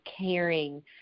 caring